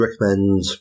recommend